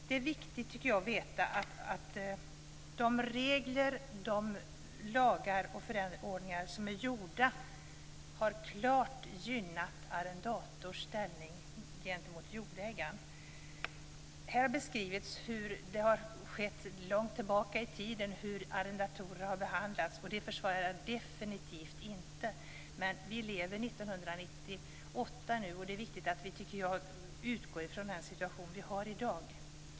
Det är viktigt att veta att regler, lagar och förordningar klart har gynnat arrendatorns ställning gentemot jordägaren genom de förändringar som gjorts. Här har beskrivits hur arrendatorer har behandlats långt tillbaka i tiden. Det försvarar jag definitivt inte. Men vi lever nu i 1998, och det är viktigt att vi utgår från den situation som råder i dag.